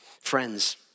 Friends